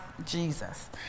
Jesus